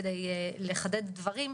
כדי לחדד דברים,